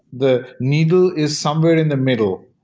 the needle is somewhere in the middle.